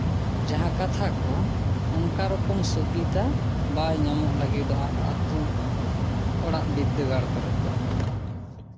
ᱡᱟᱦᱟᱸ ᱠᱟᱛᱷᱟ ᱠᱚ ᱚᱱᱠᱟ ᱨᱚᱠᱚᱢ ᱥᱩᱵᱤᱫᱷᱟ ᱵᱟᱭ ᱧᱟᱢᱚᱜ ᱞᱟᱹᱜᱤᱫᱚᱜᱼᱟ ᱟᱹᱛᱩ ᱚᱲᱟᱜ ᱵᱤᱫᱽᱫᱟᱹᱜᱟᱲ ᱠᱚᱨᱮᱫ ᱫᱚ